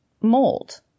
mold